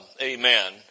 Amen